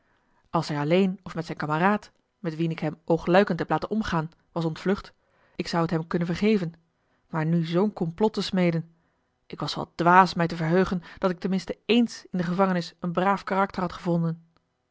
als hij alleen of met zijn kameraad met wien ik hem oogluikend heb laten omgaan was ontvlucht ik zou het hem kunnen vergeven maar nu zoo'n complot te smeden ik was wel dwaas mij te verheugen dat ik tenminste eens in de gevangenis een braaf karakter had gevonden